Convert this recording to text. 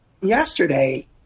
yesterday